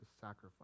sacrifice